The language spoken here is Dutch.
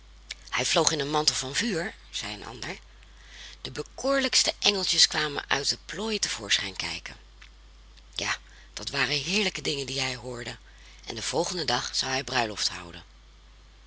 hij vloog in een mantel van vuur zei een ander de bekoorlijkste engeltjes kwamen uit de plooien te voorschijn kijken ja dat waren heerlijke dingen die hij hoorde en den volgenden dag zou hij bruiloft houden